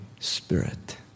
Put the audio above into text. Spirit